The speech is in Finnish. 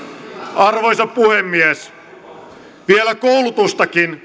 arvoisa puhemies vielä koulutustakin